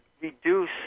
reduce